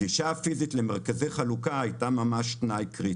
הגישה הפיזית למרכזי חלוקה הייתה ממש תנאי קריטי.